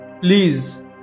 please